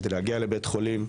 כדי להגיע לבית חולים,